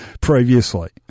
previously